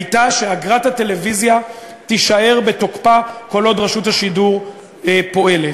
הייתה שאגרת הטלוויזיה תישאר בתוקפה כל עוד רשות השידור פועלת.